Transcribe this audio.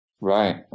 Right